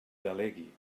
delegui